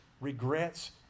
regrets